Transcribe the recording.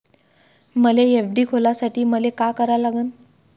मले एफ.डी खोलासाठी मले का करा लागन?